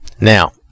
now